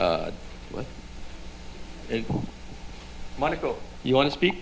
ok michael you want to speak